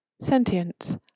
Sentience